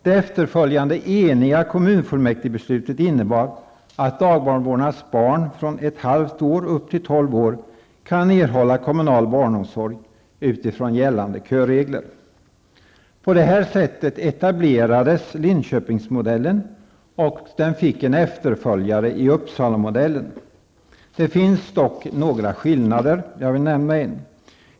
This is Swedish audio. Det efterföljande eniga kommunfullmäktigebeslutet innebar att dagbarnvårdares barn från 6 månaders och upp till På det här sättet etablerades Linköpingsmodellen. Den fick en efterföljare i Uppsalamodellen. Det finns dock några skillnader. Jag vill nämna en.